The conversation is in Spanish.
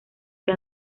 que